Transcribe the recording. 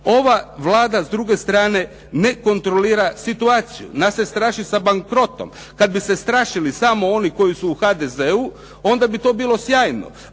Ova Vlada s druge strane ne kontrolira situaciju. Nas se straši sa bankrotom, kada bi se strašili samo oni koji su u HDZ-u ona bi to bilo sjajno